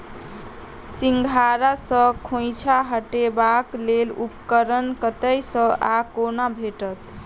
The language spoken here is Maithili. सिंघाड़ा सऽ खोइंचा हटेबाक लेल उपकरण कतह सऽ आ कोना भेटत?